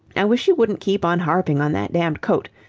i wish you wouldn't keep on harping on that damned coat.